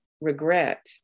regret